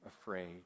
afraid